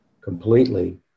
completely